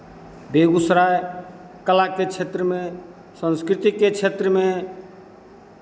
बेगूसराय कला के क्षेत्र में संस्कृति के क्षेत्र में